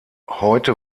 heute